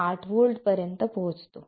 8 volt पर्यंत पोहोचतो